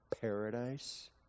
paradise